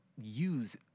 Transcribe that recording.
use